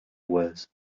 was